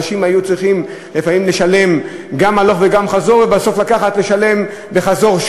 אנשים היו צריכים לפעמים לשלם גם הלוך וגם חזור ולשלם שוב בחזור.